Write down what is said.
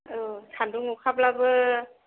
औ सान्दुं अखाब्लाबो